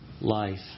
life